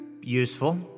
useful